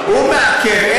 הוא מעכב.